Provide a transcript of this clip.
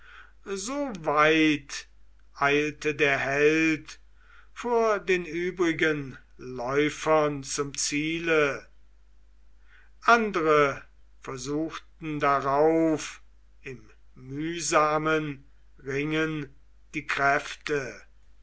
weit eilte der held vor den übrigen läufern zum ziele andre versuchten darauf im mühsamen ringen die kräfte